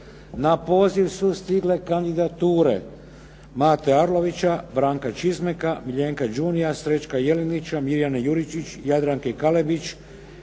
Na poziv su stigle kandidature Mate Arlovića, Branka Čizmeka, Miljenka Đunija, Srećka Jelinića, Mirjane Juričić, Jadranke Kalebić,